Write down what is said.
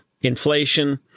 inflation